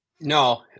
No